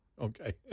Okay